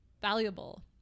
valuable